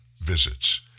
visits